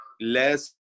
less